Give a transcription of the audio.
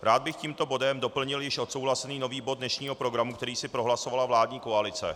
Rád bych tímto bodem doplnil již odsouhlasený nový bod dnešního programu, který si prohlasovala vládní koalice.